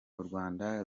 urwanda